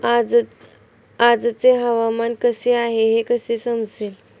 आजचे हवामान कसे आहे हे कसे समजेल?